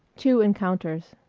two encounters